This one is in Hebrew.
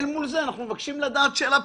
כמה אתה יודע להגיד במספר?